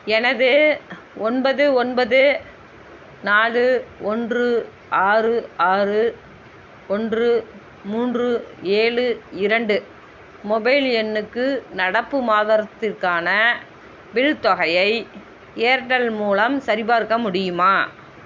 எனது ஒன்பது ஒன்பது நாலு ஒன்று ஆறு ஆறு ஒன்று மூன்று ஏழு இரண்டு மொபைல் எண்ணுக்கு நடப்பு மாதத்திற்கான பில் தொகையை ஏர்டெல் மூலம் சரிபார்க்க முடியுமா